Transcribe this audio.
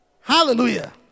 Hallelujah